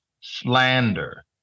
slander